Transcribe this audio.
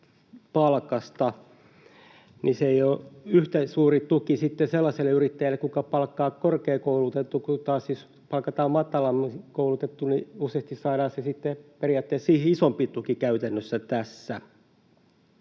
palkasta. Se ei ole yhtä suuri tuki sellaiselle yrittäjälle, joka palkkaa korkeakoulutetun, kuin jos palkataan matalammin koulutettu — useasti saadaan sitten periaatteessa siihen isompi tuki käytännössä.